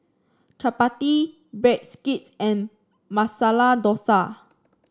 Chapati Breadsticks and Masala Dosa